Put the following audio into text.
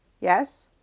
Yes